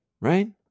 Right